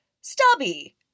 Stubby